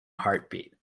heartbeat